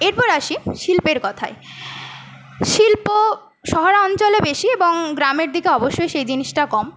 এরপর আসি শিল্পের কথায় শিল্প শহরে অঞ্চলে বেশি এবং গ্রামের দিকে অবশ্যই সেই জিনিসটা কম